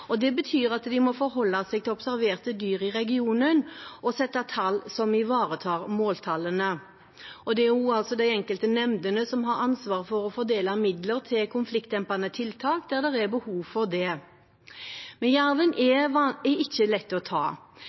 Det betyr at de må forholde seg til observerte dyr i regionen og sette tall som ivaretar måltallene. Det er også de enkelte nemndene som har ansvar for å fordele midler til konfliktdempende tiltak der det er behov for det. Jerven er ikke lett å ta.